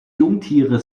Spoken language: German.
jungtiere